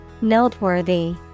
Noteworthy